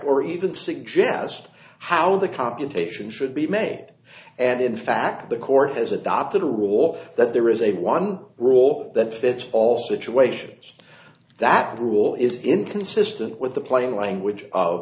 or even suggest how the computation should be made and in fact the court has adopted a rule that there is a one rule that fits all situations that rule is inconsistent with the plain language of